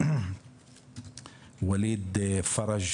ב-26.3 וואליד פרג'